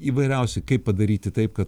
įvairiausi kaip padaryti taip kad